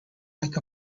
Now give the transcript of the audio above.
like